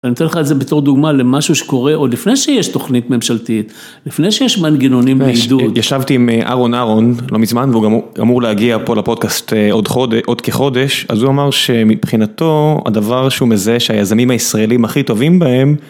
אני נותן לך את זה בתור דוגמא למשהו שקורה עוד לפני שיש תוכנית ממשלתית, לפני שיש מנגנונים לעידוד. ישבתי עם אהרון אהרון, לא מזמן, והוא גם אמור להגיע פה לפודקאסט עוד כחודש, אז הוא אמר שמבחינתו הדבר שהוא מזהה שהיזמים הישראלים הכי טובים בהם...